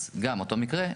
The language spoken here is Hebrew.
אז גם אותו מקרה,